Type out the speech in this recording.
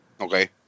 okay